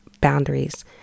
boundaries